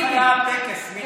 איך היה הטקס, מירי?